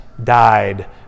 died